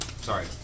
Sorry